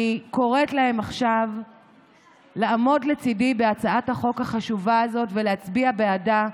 אני קוראת להם עכשיו לעמוד לצידי בהצעת החוק החשובה הזאת ולהצביע בעדה.